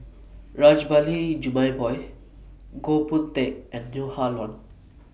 Rajabali Jumabhoy Goh Boon Teck and Neo Ah Luan